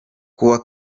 kuwa